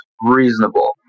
reasonable